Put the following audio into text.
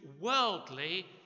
worldly